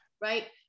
right